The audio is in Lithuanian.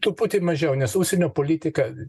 truputį mažiau nes užsienio politika